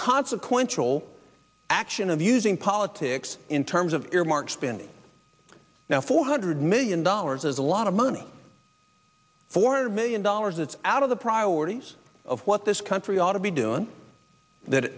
consequential action of using politics in terms of earmark spending now four hundred million dollars is a lot of money four hundred million dollars it's out of the priorities of what this country ought to be doing that